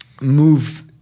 move